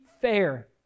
fair